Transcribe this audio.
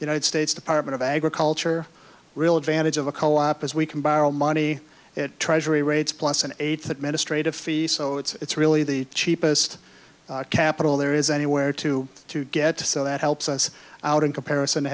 united states department of agriculture real advantage of a co op as we can borrow money at treasury rates plus an eighth administrative fee so it's really the cheapest capital there is anywhere to to get to so that helps us out in comparison to